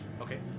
Okay